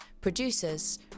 Producers